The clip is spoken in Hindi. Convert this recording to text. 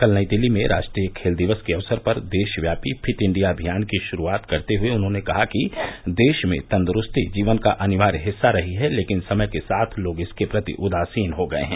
कल नई दिल्ली में राष्ट्रीय खेल दिवस के अवसर पर देशव्यापी फिट इंडिया अभियान की शुरूआत करते हए उन्होंने कहा कि देश में तंद्रुस्ती जीवन का अनिवार्य हिस्सा रही है लेकिन समय के साथ लोग इसके प्रति उदासीन हो गये हैं